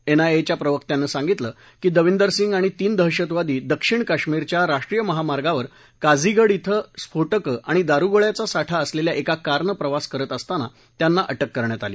एनआयएच्या प्रवक्त्यानं सांगितलं की दविंदर सिंग आणि तीन दहशतवादी दक्षिण काश्मिरच्या राष्ट्रीय महामार्गावर काझीगड इथं स्फो के आणि दारुगोळ्याचा साठा असलेल्या एका कारनं प्रवास करत असताना त्यांना अक्कि करण्यात आली